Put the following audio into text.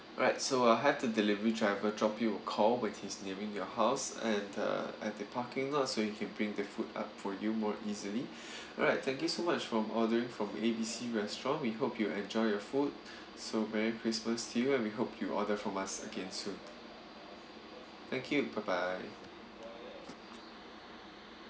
alright so I had the delivery driver drop you a call when his nearing your house at the at the parking lot so you can bring the food up for you more easily alright thank you so much from ordering from A B C restaurant we hope you enjoy your food so merry christmas to you and we hope you order from us again soon thank you bye bye